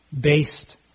based